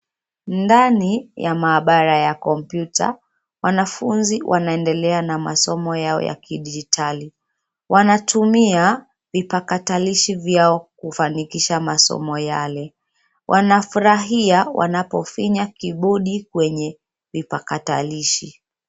Ndani ya mahabara ya kompyuta, wanafunzi wanaendelea na masomo yao ya kidijitali. Wanatumia vibakatalishi vyao kufanikiasha masoma yale. Wanafurahia wanapofinya kibodi kwenye vibakatalishi.